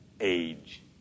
Age